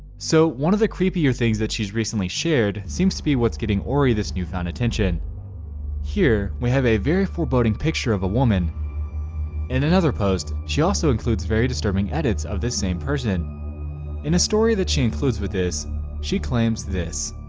so one of the creepier things that she's recently shared seems to be what's getting orie this newfound attention here, we have a very foreboding picture of a woman in another post she also includes very disturbing edits of this same person in a story that she includes with this she claims this